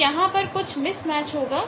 तो यहां पर कुछ मिसमैच होगा